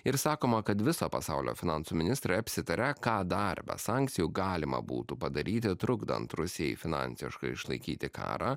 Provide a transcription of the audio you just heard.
ir sakoma kad viso pasaulio finansų ministrai apsitarė ką darbą be sankcijų galima būtų padaryti trukdant rusijai finansiškai išlaikyti karą